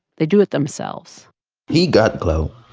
they do it themselves he got clout.